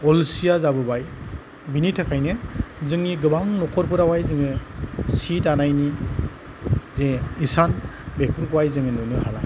अलसिया जाबोबाय बेनि थाखायनो जोंनि गोबां न'खरफोरावहाय जोङो सि दानायनि जे हिसान बेफोरखौहाय जोङो नुनो मोनला